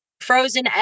frozen